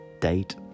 date